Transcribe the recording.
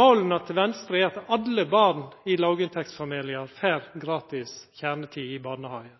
Måla til Venstre er at alle barn i låginntektsfamiliar får gratis kjernetid i